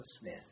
Smith